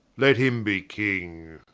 let him be king